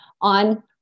on